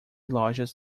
lojas